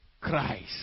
Christ